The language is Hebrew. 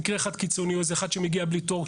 או מקרה אחד קיצוני או אחד שמגיע בלי תור,